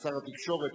כשר התקשורת.